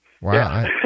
Wow